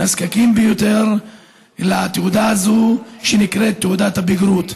לנזקקים ביותר לתעודה הזו שנקראת תעודת הבגרות.